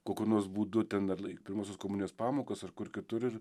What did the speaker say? kokiu nors būdu ten ar į pirmosios komunijos pamokas ar kur kitur ir